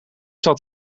dat